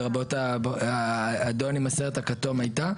לרבות האדון עם הסרט הכתום הייתה,